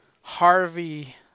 Harvey